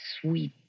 sweet